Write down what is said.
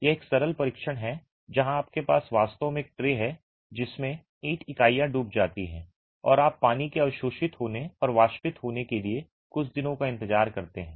यह एक सरल परीक्षण है जहां आपके पास वास्तव में एक ट्रे है जिसमें ईंट इकाइयां डूब जाती हैं और आप पानी के अवशोषित होने और वाष्पित होने के लिए कुछ दिनों तक इंतजार करते हैं